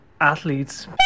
athletes